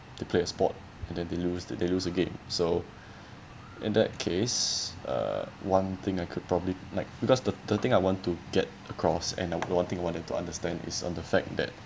they play a sport and then they lose they lose a game so in that case uh one thing I could probably like because the the thing I want to get across and the one thing that I wanted to understand is on the fact that